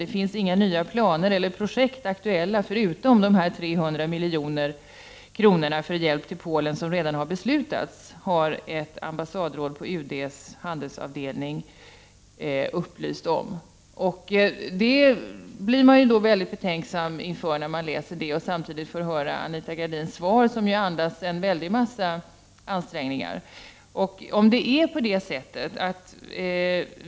”Det finns inga nya planer eller projekt aktuella, förutom de 300 miljoner kronor för hjälp till Polen som redan beslutats”, upplyser ett ambassadråd på UD:s handelsavdelning om. Jag blir mycket betänksam när jag läser det och samtidigt får höra Anita Gradins svar, som andas en vilja att göra en massa ansträngningar.